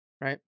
right